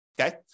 okay